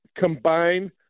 combine